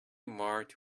marked